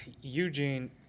Eugene